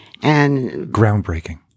Groundbreaking